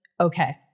okay